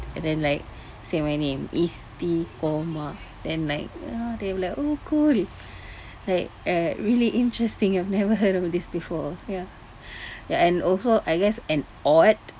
and then like say my name istiqomah then like they'd be like oh cool like uh really interesting I've never heard of this before ya ya and also I guess an odd